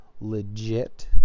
legit